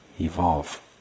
evolve